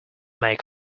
make